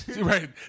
Right